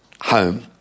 home